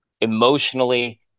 emotionally